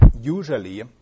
usually